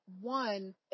one